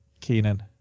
Keenan